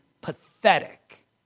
pathetic